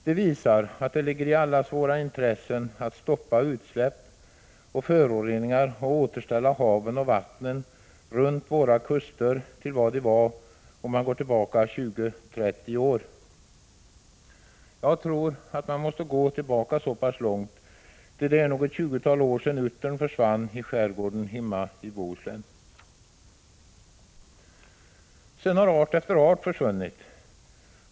Det visar att det ligger i allas intresse att stoppa utsläpp och föroreningar och återställa haven och vattnen runt våra kuster till vad de var om man går tillbaka 20-30 år. Jag tror att vi måste gå så långt tillbaka, ty det är nog ett tjugotal år sedan uttern försvann i skärgården hemma i Bohuslän. Art efter art har sedan försvunnit.